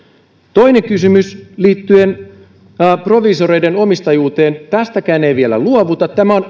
toinen kysymys liittyen proviisoreiden omistajuuteen tästäkään ei vielä luovuta tämä on